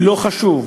לא חשוב.